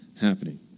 happening